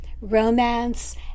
romance